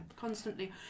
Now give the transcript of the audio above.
Constantly